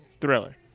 thriller